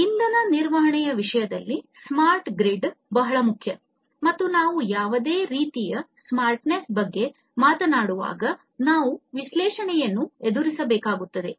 ಇಂಧನ ನಿರ್ವಹಣೆಯ ವಿಷಯದಲ್ಲಿ ಸ್ಮಾರ್ಟ್ ಗ್ರಿಡ್ ಬಹಳ ಮುಖ್ಯ ಮತ್ತು ನಾವು ಯಾವುದೇ ರೀತಿಯ ಸ್ಮಾರ್ಟ್ನೆಸ್ ಬಗ್ಗೆ ಮಾತನಾಡುವಾಗ ನಾವು ಕ್ಲೌಡ್ ಮತ್ತು ಬಿಗ್ ಡೇಟಾ ವಿಶ್ಲೇಷಣೆಯನ್ನು ಎದುರಿಸಬೇಕಾಗುತ್ತದೆ